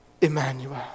Emmanuel